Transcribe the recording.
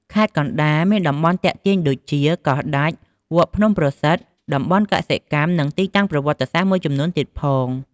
ខេត្តកណ្ដាលមានតំបន់ទាក់ទាញដូចជា កោះដាច់ វត្តភ្នំប្រសិទ្ធ តំបន់កសិកម្ម និងទីតាំងប្រវត្តិសាស្រ្ដមួយចំនួនទៀតផង។